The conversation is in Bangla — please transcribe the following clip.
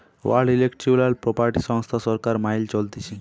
ওয়ার্ল্ড ইন্টেলেকচুয়াল প্রপার্টি সংস্থা সরকার মাইল চলতিছে